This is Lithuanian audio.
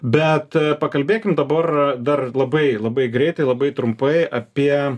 bet pakalbėkim dabar dar labai labai greitai labai trumpai apie